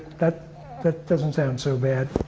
that that doesn't sound so bad.